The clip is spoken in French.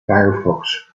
firefox